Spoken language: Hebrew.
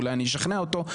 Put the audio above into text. אולי אני אשכנע אותו,